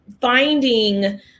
finding